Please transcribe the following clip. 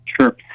Sure